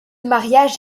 mariage